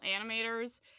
animators